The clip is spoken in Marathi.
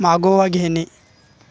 मागोवा घेणे